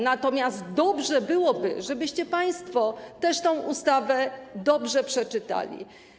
Natomiast dobrze byłoby, żebyście państwo tę ustawę dobrze przeczytali.